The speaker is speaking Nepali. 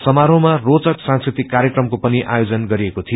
समारोह रोषक सांस्कृतिक कार्यक्रमको पनि आयोजन गरिएको थियो